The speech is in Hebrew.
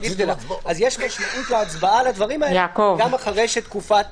אז יש לעשות את ההצבעה על הדברים האלה גם אחרי שתקופת